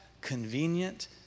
convenient